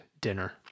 dinner